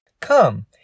Come